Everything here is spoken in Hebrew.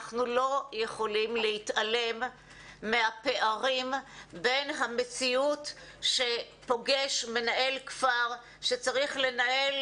אנחנו לא יכולים להתעלם מהפערים בין המציאות שפוגש מנהל כפר שצריך לנהל